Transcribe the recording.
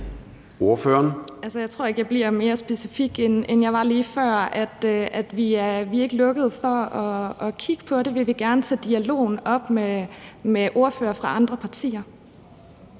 Jeg tror ikke, jeg bliver mere specifik, end jeg var lige før. Vi er ikke lukkede over for at kigge på det, og vi vil gerne tage dialogen med ordførere fra andre partier.